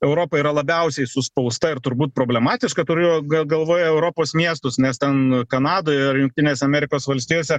europa yra labiausiai suspausta ir turbūt problematiška turiu gal galvoj europos miestus nes ten kanadoj jungtinėse amerikos valstijose